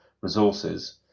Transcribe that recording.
resources